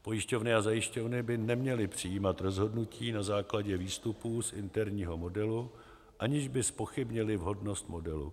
Pojišťovny a zajišťovny by neměly přijímat rozhodnutí na základě výstupů z interního modelu, aniž by zpochybnily vhodnost modelu.